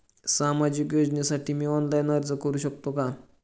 सामाजिक योजनेसाठी मी ऑनलाइन अर्ज करू शकतो का?